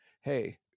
Hey